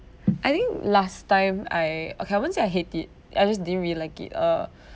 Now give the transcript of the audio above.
I think last time I okay I won't say I hate it I just didn't really like it uh